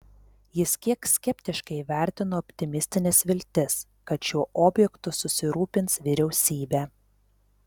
jis kiek skeptiškai įvertino optimistines viltis kad šiuo objektu susirūpins vyriausybė